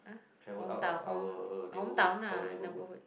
travel out of our neighbourhood our neighbourhood